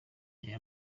reba